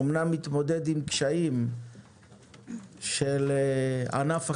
אמנם מתמודד עם קשיים של ענף החקלאות,